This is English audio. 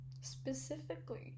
specifically